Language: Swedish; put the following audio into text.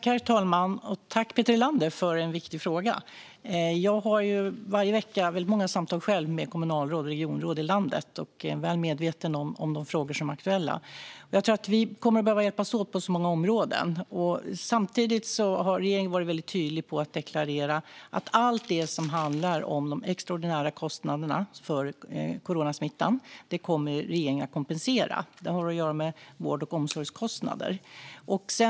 Herr talman! Tack, Peter Helander, för en viktig fråga! Jag har själv varje vecka många samtal med kommunalråd och regionråd i landet och är väl medveten om de frågor som är aktuella. Jag tror att vi kommer att behöva hjälpas åt på många områden. Samtidigt har regeringen varit tydlig med att deklarera att regeringen kommer att kompensera för de extraordinära kostnaderna för coronasmittan. Det har att göra med vård och omsorgskostnader.